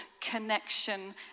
connection